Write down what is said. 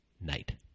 night